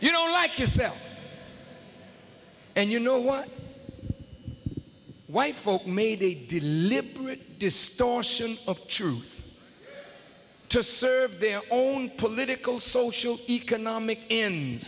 you don't like yourself and you know what white folk made a deliberate distortion of truth to serve their own political social economic in